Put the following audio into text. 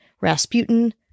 Rasputin